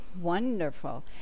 Wonderful